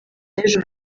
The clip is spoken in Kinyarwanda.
n’ejo